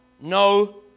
no